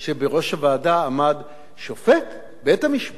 שופט בית-המשפט העליון לשעבר,